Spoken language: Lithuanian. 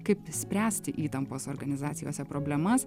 kaip spręsti įtampos organizacijose problemas